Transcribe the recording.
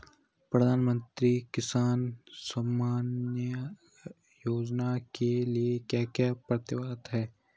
प्रधानमंत्री किसान सम्मान योजना के लिए क्या क्या पात्रताऐं हैं?